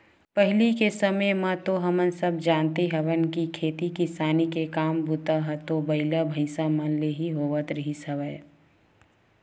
पहिली के समे म तो हमन सब जानते हवन के खेती किसानी के काम बूता ह तो बइला, भइसा मन ले ही होवत रिहिस हवय